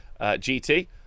GT